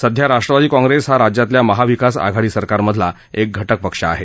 सध्या राष्ट्रवादी काँग्रेस हा राज्यातल्या महा विकास आघाडी सरकारमधला एक घटक पक्ष आहे